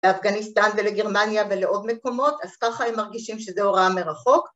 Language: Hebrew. ‫לאפגניסטן ולגרמניה ולעוד מקומות, ‫אז ככה הם מרגישים שזה הוראה מרחוק.